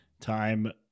Time